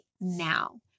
now